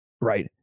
Right